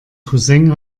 cousin